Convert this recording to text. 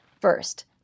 First